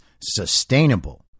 sustainable